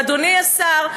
ואדוני השר,